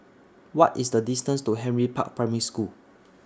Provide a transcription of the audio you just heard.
What IS The distance to Henry Park Primary School